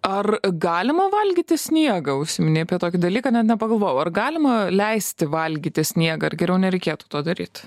ar galima valgyti sniegą užsiminei apie tokį dalyką net nepagalvojau ar galima leisti valgyti sniegą ar geriau nereikėtų to daryt